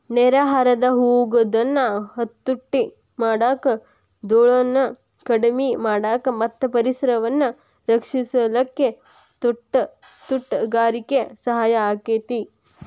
ನೇರ ಹರದ ಹೊಗುದನ್ನ ಹತೋಟಿ ಮಾಡಾಕ, ದೂಳನ್ನ ಕಡಿಮಿ ಮಾಡಾಕ ಮತ್ತ ಪರಿಸರವನ್ನ ರಕ್ಷಿಸಲಿಕ್ಕೆ ತೋಟಗಾರಿಕೆ ಸಹಾಯ ಆಕ್ಕೆತಿ